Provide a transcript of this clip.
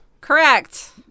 Correct